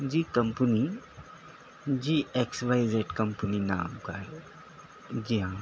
جی company جی X Y Z company نام کا ہے جی ہاں